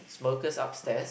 smokers upstairs